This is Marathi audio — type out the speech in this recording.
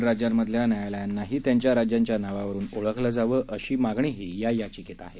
तिर राज्यांमधल्या न्यायालयांनाही त्यांच्या राज्यांच्या नावावरुन ओळखलं जावं अशीही मागणी याचिकेत आहे